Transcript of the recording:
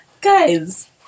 Guys